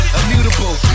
immutable